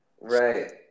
Right